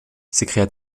s’écria